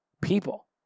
people